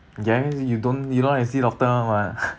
then you don't you don't want to see doctor [one] [what]